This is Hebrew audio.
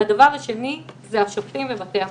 הדבר השני זה השופטים בבתי המשפט.